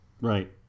right